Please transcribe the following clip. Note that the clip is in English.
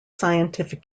scientific